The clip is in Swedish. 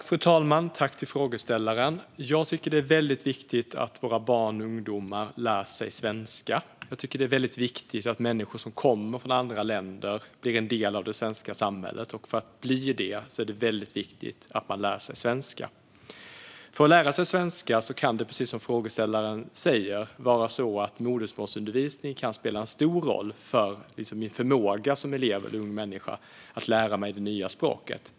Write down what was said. Fru talman! Jag tackar för frågan. Jag tycker att det är väldigt viktigt att våra barn och ungdomar lär sig svenska. Det är väldigt viktigt att människor som kommer från andra länder blir en del av det svenska samhället - och för att bli det är det väldigt viktigt att man lär sig svenska. För att lära sig svenska kan, precis som frågeställaren säger, modersmålsundervisning spela en stor roll för förmågan för elever och unga människor att lära sig det nya språket.